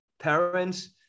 parents